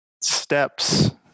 steps